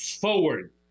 forward